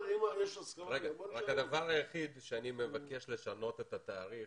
רק הדבר היחיד שאני מבקש לשנות, זה את התאריך